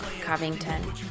covington